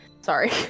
Sorry